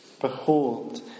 Behold